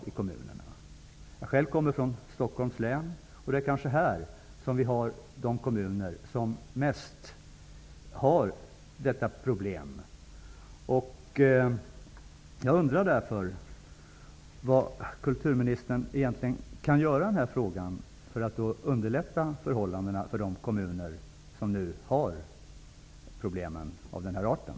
Jag kommer själv från Stockholms län, och det är kanske här som kommunerna till största delen har detta problem. Jag undrar därför vad kulturministern egentligen kan göra i den här frågan för att underlätta förhållandena för de kommuner som nu har problem av den här arten.